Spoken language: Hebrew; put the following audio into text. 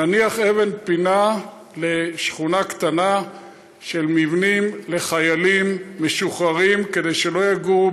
נניח אבן פינה לשכונה קטנה של מבנים לחיילים משוחררים כדי שלא יגורו